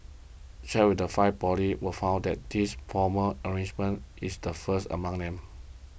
checks with the five poly were found that this formal arrangement is the first among them